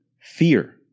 fear